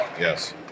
Yes